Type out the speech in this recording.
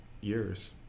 years